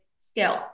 skill